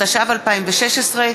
התשע"ו 2016,